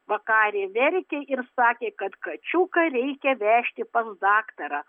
vakarė verkė ir sakė kad kačiuką reikia vežti pas daktarą